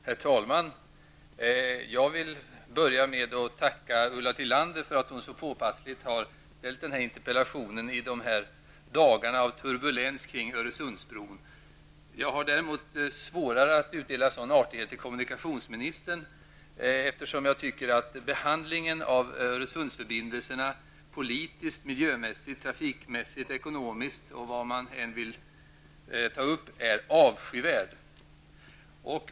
Herr talman! Jag vill börja med att tacka Ulla Tillander för att hon så påpassligt har ställt denna interpellation i dessa dagar av turbulens kring Öresundsbron. Jag har däremot svårare att utdela en sådan artighet till kommunikationsministern, eftersom jag tycker att behandlingen av frågan om Öresundsförbindelserna politiskt, miljömässigt, trafikmässigt, ekonomiskt eller vad man än vill kalla detta är avskyvärd.